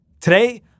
Today